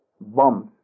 bombs